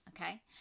okay